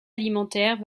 alimentaires